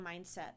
mindset